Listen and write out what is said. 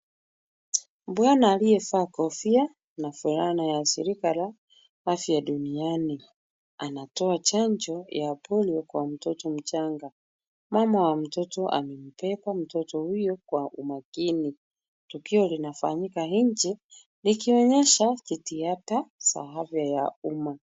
Bwana aliyevaa kofia na fulana na ya shirika la, afya duniani. Anatoa chanjo ya polio kwa mtoto mchanga. Mama wa mtoto amembeba mtoto huyo kwa umakini. Tukio linafanyika nje likionyesha jitihada za afya ya umma.